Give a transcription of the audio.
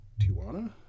Tijuana